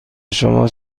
شما